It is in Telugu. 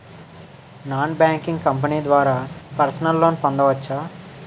నాన్ బ్యాంకింగ్ కంపెనీ ద్వారా పర్సనల్ లోన్ పొందవచ్చా?